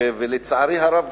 ולצערי הרב,